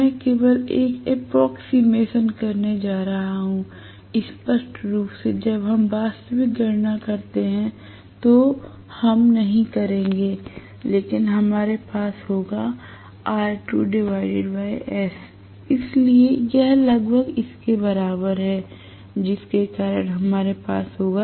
मैं केवल एक एप्रोक्सीमेशन कर रहा हूं स्पष्ट रूप से जब हम वास्तविक गणना करते हैं तो हम नहीं करेंगे लेकिन हमारे पास होगा R2 S इसलिए यह लगभग इसके बराबर है जिसके कारण हमारे पास होगा